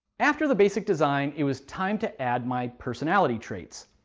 after the basic design, it was time to add my personality traits.